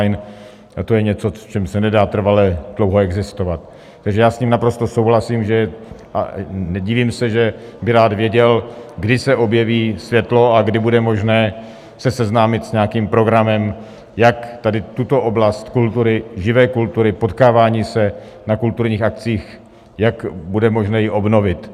A to je něco, v čem se nedá trvale dlouho existovat, takže já s ním naprosto souhlasím a nedivím se, že by rád věděl, kdy se objeví světlo a kdy bude možné se seznámit s nějakým programem, jak tady tuto oblast živé kultury, potkávání se na kulturních akcích, jak bude možné ji obnovit.